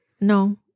no